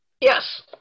Yes